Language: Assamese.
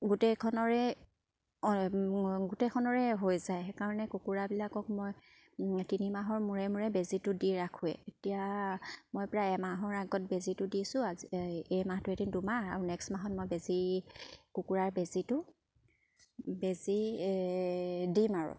গোটেইখনেৰে গোটেইখনেৰে হৈ যায় সেইকাৰণে কুকুৰাবিলাকক মই তিনি মাহৰ মূৰে মূৰে বেজিটো দি ৰাখোৱে এতিয়া মই প্ৰায় এমাহৰ আগত বেজিটো দিছোঁ আজি এই মাহটো এদি দুমাহ আৰু নেক্সট মাহত মই বেজি কুকুৰাৰ বেজিটো বেজি দিম আৰু